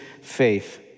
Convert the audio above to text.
faith